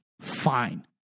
Fine